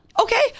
Okay